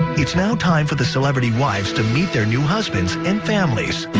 it's now time for the celebrity wives to meet their new husbands and families.